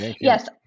yes